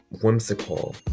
whimsical